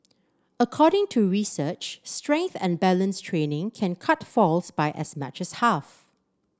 according to research strength and balance training can cut falls by as much as half